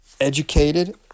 educated